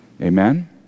Amen